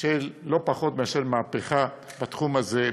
של לא פחות מאשר מהפכה בתחום הזה,